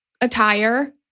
attire